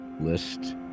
list